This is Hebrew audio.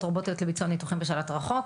רובוטיות לביצוע ניתוחים בשלט רחוק.